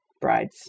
brides